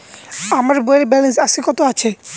আমার বইয়ের ব্যালেন্স আজকে কত আছে?